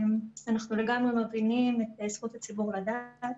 אנחנו לגמרי מבינים את זכות הציבור לדעת.